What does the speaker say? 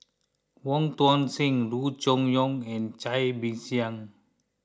Wong Tuang Seng Loo Choon Yong and Cai Bixia